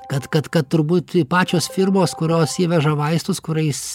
kad kad kad turbūt pačios firmos kurios įveža vaistus kuriais